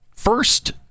First